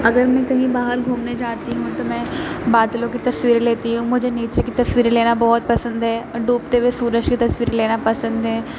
اگر میں کہیں باہر گھومنے جاتی ہوں تو میں بادلوں کی تصویریں لیتی ہوں مجھے نیچر کی تصویریں لینا بہت پسند ہے اور ڈوبتے ہوئے سورج کی تصویر لینا پسند ہے